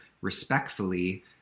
respectfully